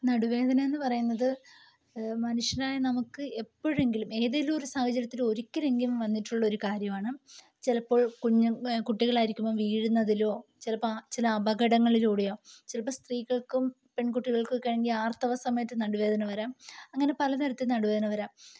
നടുവേദന എന്നു പറയുന്നത് മനുഷ്യനായ നമുക്ക് എപ്പോഴെങ്കിലും ഏതെങ്കിലും ഒരു സാഹചര്യത്തിൽ ഒരിക്കലെങ്കിലും വന്നിട്ടുള്ളൊരു കാര്യമാണ് ചിലപ്പോൾ കുഞ്ഞു കുട്ടികളായിരിക്കുമ്പോൾ വീഴുന്നതിലോ ചിലപ്പോൾ ചില അപകടങ്ങളിലൂടെയോ ചിലപ്പോൾ സ്ത്രീകൾക്കും പെൺകുട്ടികൾക്കൊക്കെ ആണെങ്കിൽ ആർത്തവ സമയത്ത് നടുവേദന വരാം അങ്ങനെ പലതരത്തിൽ നടുവേദന വരാം